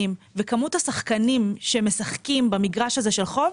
וכמות השחקנים שמשחקים במגרש הזה זה של חוב,